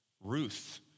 Ruth